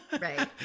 Right